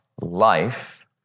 life